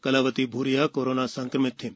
Kalavati Bhuria corona संक्रमित थीं